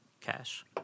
cash